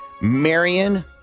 Marion